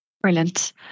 Brilliant